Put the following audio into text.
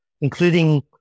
including